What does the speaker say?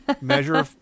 measure